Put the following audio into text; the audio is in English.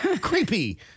creepy